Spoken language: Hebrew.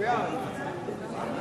אי-אמון